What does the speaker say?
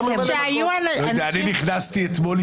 נכנסתי אתמול,